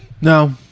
No